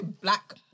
black